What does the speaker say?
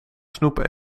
snoep